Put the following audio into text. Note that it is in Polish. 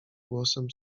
głosem